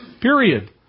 Period